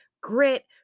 grit